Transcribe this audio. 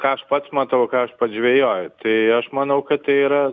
ką aš pats matau ką aš pats žvejoju tai aš manau kad tai yra